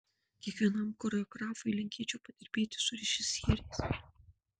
kiekvienam choreografui linkėčiau padirbėti su režisieriais